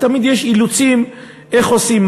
תמיד יש אילוצים איך עושים,